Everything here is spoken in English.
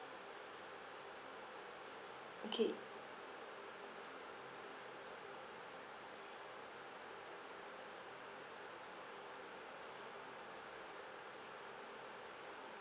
okay